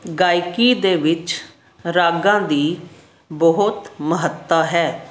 ਗਾਇਕੀ ਦੇ ਵਿੱਚ ਰਾਗਾਂ ਦੀ ਬਹੁਤ ਮਹੱਤਤਾ ਹੈ